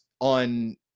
on